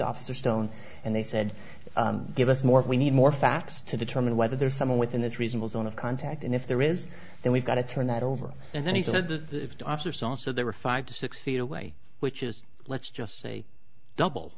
officer stone and they said give us more we need more facts to determine whether there's someone within this reasonable zone of contact and if there is then we've got to turn that over and then he said the doctor saw so there were five to six feet away which is let's just say double